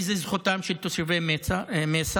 כי זו זכותם של תושבי מייסר,